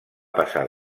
passar